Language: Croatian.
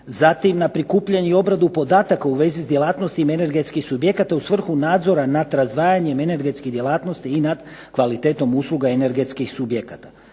Zatim na prikupljanje i obradu podataka u vezi sa djelatnosti energetskih subjekata u svrhu nadzora nad razdvajanjem energetskih djelatnosti i nad kvalitetom usluga energetskih subjekata.